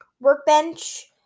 workbench